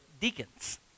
deacons